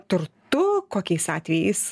turtu kokiais atvejais